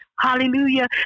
Hallelujah